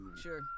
Sure